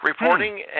reporting